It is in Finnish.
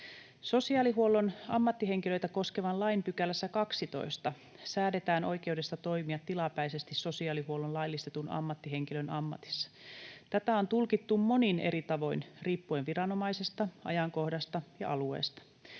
Sosiaalihuollon ammattihenkilöitä koskevan lain 12 §:ssä säädetään oikeudesta toimia tilapäisesti sosiaalihuollon laillistetun ammattihenkilön ammatissa. Tätä on tulkittu monin eri tavoin riippuen viranomaisesta, ajankohdasta ja alueesta.